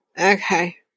okay